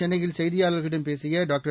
சென்னையில் செய்தியாளர்களிடம் பேசிய டாக்டர்